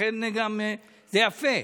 לכן גם זה יפה.